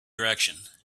direction